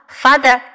father